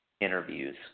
interviews